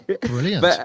Brilliant